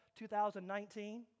2019